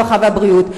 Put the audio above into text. הרווחה והבריאות.